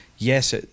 Yes